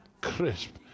Crisp